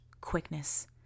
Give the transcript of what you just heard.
quickness